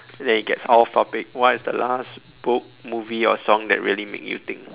then it gets off topic what is the last book movie or song that really make you think